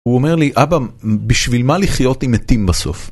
הוא אומר לי, אבא, בשביל מה לחיות עם מתים בסוף?